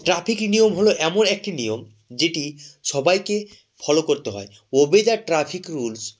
traffic নিয়ম হলো এমন একটি নিয়ম যেটি সবাইকে ফলো করতে হয় ওবে দ্য ট্রাফিক রুলস